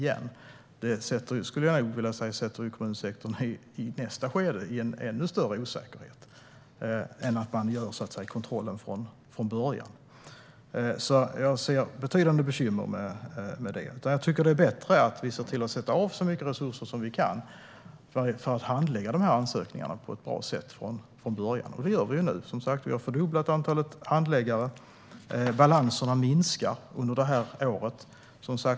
Jag skulle vilja säga att det i nästa skede sätter kommunsektorn i en ännu större osäkerhet än om man gör kontrollen från början. Jag ser som sagt betydande bekymmer med detta. Jag tycker att det är bättre att vi ser till att sätta av så mycket resurser som vi kan för att handlägga dessa ansökningar på ett bra sätt från början. Det gör vi nu - vi har som sagt fördubblat antalet handläggare. Balanserna minskar under detta år.